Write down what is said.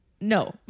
no